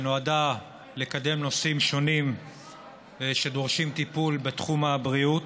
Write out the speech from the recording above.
שנועדה לקדם נושאים שונים שדורשים טיפול בתחום הבריאות.